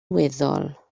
weddol